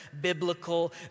biblical